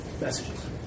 messages